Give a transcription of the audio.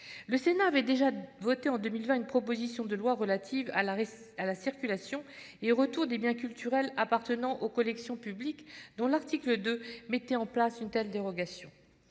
Le Sénat avait déjà voté en 2020 une proposition de loi relative à la circulation et au retour des biens culturels appartenant aux collections publiques, dont l'article 2 met en place une telle dérogation.